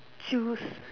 Jews